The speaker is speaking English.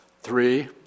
Three